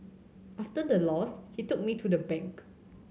after the loss he took me to the bank